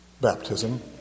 baptism